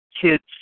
kids